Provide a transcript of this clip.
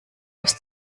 aus